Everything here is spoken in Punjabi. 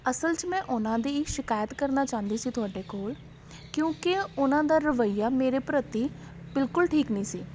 ਅਸਲ 'ਚ ਮੈਂ ਉਹਨਾਂ ਦੀ ਸ਼ਿਕਾਇਤ ਕਰਨਾ ਚਾਹੁੰਦੀ ਸੀ ਤੁਹਾਡੇ ਕੋਲ ਕਿਉਂਕਿ ਉਹਨਾਂ ਦਾ ਰਵੱਈਆ ਮੇਰੇ ਪ੍ਰਤੀ ਬਿਲਕੁਲ ਠੀਕ ਨਹੀਂ ਸੀ